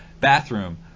bathroom